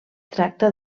tracta